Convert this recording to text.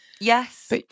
Yes